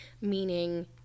meaning